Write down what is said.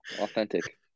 Authentic